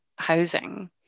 housing